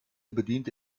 bediente